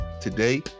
Today